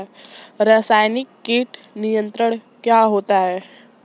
रसायनिक कीट नियंत्रण क्या होता है?